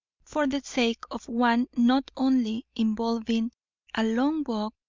for the sake of one not only involving a long walk,